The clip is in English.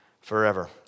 forever